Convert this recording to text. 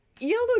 Yellow